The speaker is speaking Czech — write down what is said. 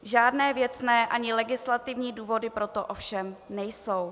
Žádné věcné ani legislativní důvody pro to ovšem nejsou.